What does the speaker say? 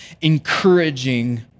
encouraging